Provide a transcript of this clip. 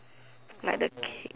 like the cake